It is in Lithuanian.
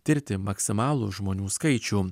tirti maksimalų žmonių skaičių